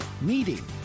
meeting